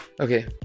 okay